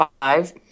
five